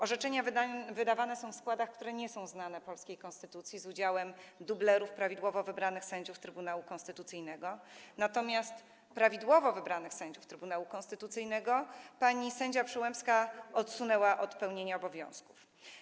Orzeczenia wydawane są w składach, które nie są znanej polskiej konstytucji, z udziałem dublerów prawidłowo wybranych sędziów Trybunału Konstytucyjnego, natomiast prawidłowo wybranych sędziów Trybunału Konstytucyjnego pani sędzia Przyłębska odsunęła od pełnienia obowiązków.